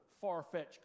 far-fetched